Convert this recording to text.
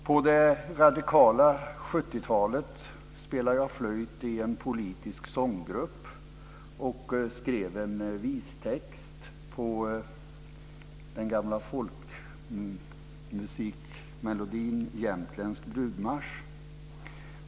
På det radikala 70-talet spelade jag flöjt i en politisk sånggrupp och skrev en vistext till den gamla folkmusikmelodin Jämtländsk brudmarsch.